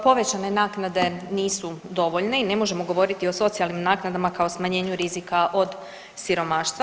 Povećane naknade nisu dovoljne i ne možemo govoriti o socijalnim naknadama kao smanjenju rizika od siromaštva.